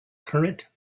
current